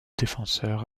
défenseur